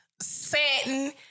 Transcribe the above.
satin